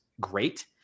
great